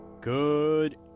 Good